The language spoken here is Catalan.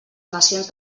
nacions